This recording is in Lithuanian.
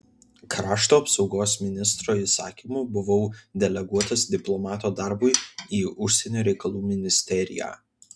krašto apsaugos ministro įsakymu buvau deleguotas diplomato darbui į užsienio reikalų ministeriją